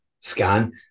scan